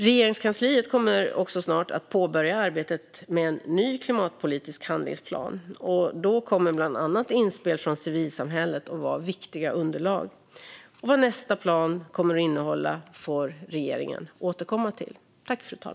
Regeringskansliet kommer också snart att påbörja arbetet med en ny klimatpolitisk handlingsplan, och då kommer bland annat inspel från civilsamhället att vara viktiga underlag. Vad nästa plan kommer att innehålla får regeringen återkomma till.